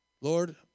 Lord